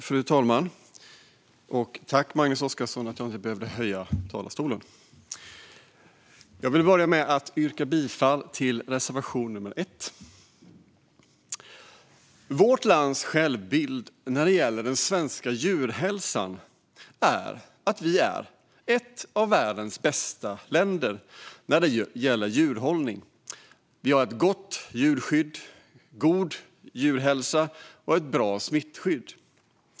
Fru talman! Jag vill börja med att yrka bifall till reservation nummer 1. Vårt lands självbild när det gäller den svenska djurhälsan är att vi är ett av världens bästa länder på djurhållning. Vi har ett gott djurskydd, god djurhälsa och ett bra smittskydd.